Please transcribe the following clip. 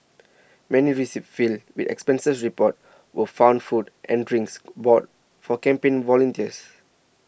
many receipts filed the expenses reports were found food and drinks bought for campaign volunteers